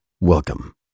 welcome